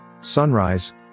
Sunrise